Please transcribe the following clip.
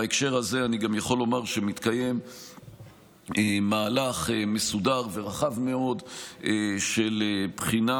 בהקשר הזה אני גם יכול לומר שמתקיים מהלך מסודר ורחב מאוד של בחינה,